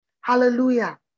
hallelujah